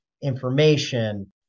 information